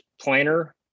Planner